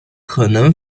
可能